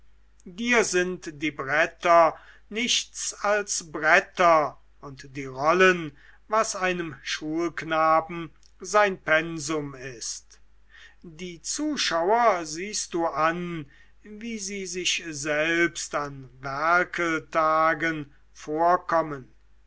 dir sind die bretter nichts als bretter und die rollen was einem schulknaben sein pensum ist die zuschauer siehst du an wie sie sich selbst an werkeltagen vorkommen